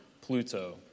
Pluto